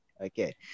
Okay